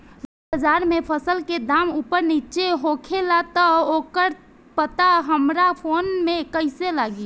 रोज़ बाज़ार मे फसल के दाम ऊपर नीचे होखेला त ओकर पता हमरा फोन मे कैसे लागी?